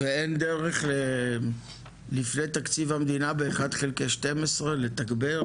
ואין דרך לפי התקציב המדינה ב- 1/12 לתגבר,